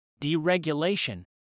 deregulation